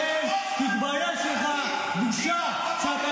נמנעו מלהצביע בעד הסילוק שלך היא בושה וכתם על כנסת ישראל.